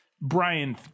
Brian